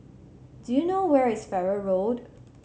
do you know where is Farrer Road